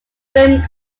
film